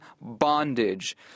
bondage